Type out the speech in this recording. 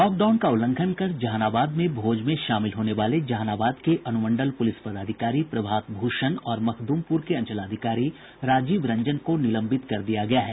lockdown का उल्लंघन कर जहानाबाद में भोज में शामिल होने वाले जहानाबाद के अनुमंडल पुलिस पदाधिकारी प्रभात भूषण और मखदुमपुर के अंचलाधिकारी राजीव रंजन को निलंबित कर दिया गया है